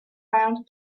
round